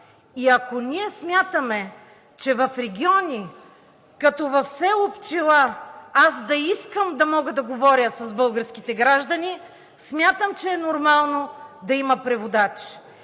Ако ние смятаме, че в региони като в село Пчела, аз да искам да мога да говоря с българските граждани, смятам, че е нормално да има преводач.